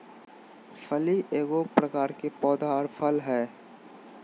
फली एगो प्रकार के पौधा आर फल हइ